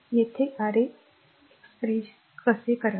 येथे a a R a अभिव्यक्ती आहे काय करावे